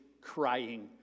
crying